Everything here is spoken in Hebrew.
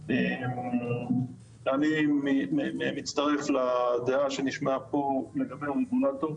אני מצטרף לדעה שנשמעה פה לגבי הרגולטור.